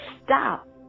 stop